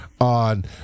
on